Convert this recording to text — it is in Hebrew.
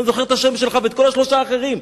אמרתי: אני זוכר את השם שלך ועוד שלושה אחרים,